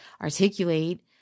articulate